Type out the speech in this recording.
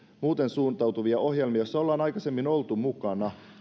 muuten suuntautuvia ohjelmia joissa ollaan aikaisemmin oltu mukana